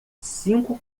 cinco